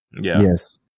Yes